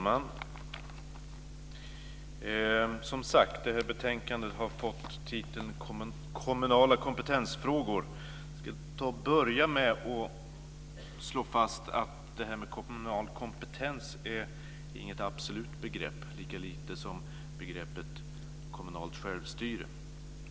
Fru talman! Det här betänkandet har som sagt fått titeln Kommunala kompetensfrågor. Jag ska börja med att slå fast att det här med kommunal kompetens inte är något absolut begrepp, lika lite som begreppet kommunalt självstyre.